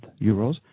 euros